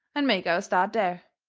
and make our start there.